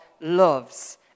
loves